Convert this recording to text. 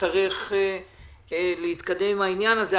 נצטרך להתקדם עם העניין הזה.